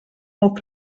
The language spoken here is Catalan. molt